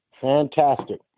Fantastic